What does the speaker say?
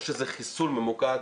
או שזה חיסול ממוקד.